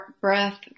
breath